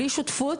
בלי שותפות